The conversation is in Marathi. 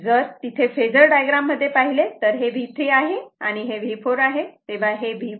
जर तिथे फेजर डायग्राम मध्ये पाहिले तर हे V3 आहे आणि हे V4 आहे